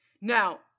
Now